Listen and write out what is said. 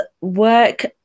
work